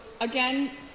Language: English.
again